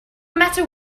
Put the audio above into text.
matter